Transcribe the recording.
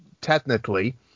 technically